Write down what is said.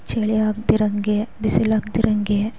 ಚಳಿ ಆಗ್ದಿರೋ ಹಾಗೆ ಬಿಸಿಲು ಆಗ್ದಿರೋ ಹಾಗೆ